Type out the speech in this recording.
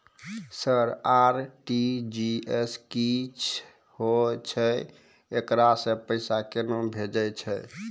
Sir RTGS की होय छै, एकरा से पैसा केना भेजै छै?